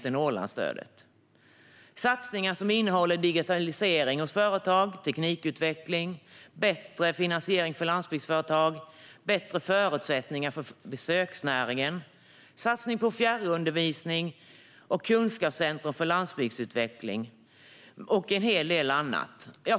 Här finns satsningar på digitalisering av företag, teknikutveckling, bättre finansiering för landsbygdsföretag och bättre förutsättningar för besöksnäringen. Vidare satsas det på fjärrundervisning, kunskapscentrum för landsbygdsutveckling och en hel del annat.